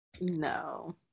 no